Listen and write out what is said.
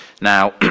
Now